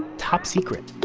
top secret